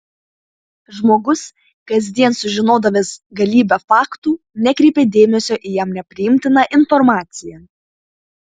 žmogus kasdien sužinodavęs galybę faktų nekreipė dėmesio į jam nepriimtiną informaciją